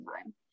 time